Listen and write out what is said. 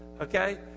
Okay